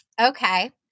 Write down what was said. Okay